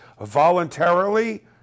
voluntarily